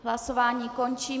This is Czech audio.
Hlasování končím.